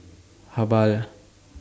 Habhal